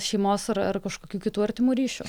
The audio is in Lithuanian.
šeimos ar ar kažkokių kitų artimų ryšių